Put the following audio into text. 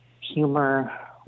humor